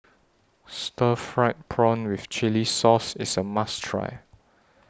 Stir Fried Prawn with Chili Sauce IS A must Try